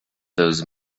those